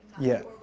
yeah.